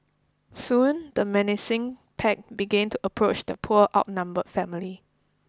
soon the menacing pack began to approach the poor outnumbered family